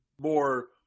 more